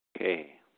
Okay